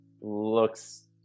looks